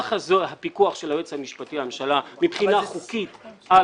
כך הפיקוח של היועץ המשפטי לממשלה מבחינה חוקית על